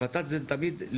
ויותר תהליכים של חקר והעמקה.